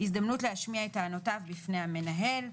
הזדמנות להשמיע את טענותיו בפני המנהל.